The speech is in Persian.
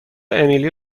امیلی